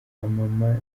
mama